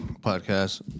podcast